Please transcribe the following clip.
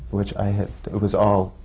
which was all,